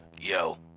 Yo